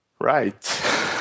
Right